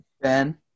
Ben